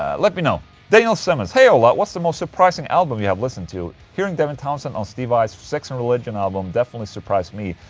ah let me know daniel simmons hey ola, what's the most surprising album you have listened to? hearing devin townsend on steve vai's sex and religion album definitely surprised me.